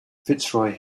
fitzroy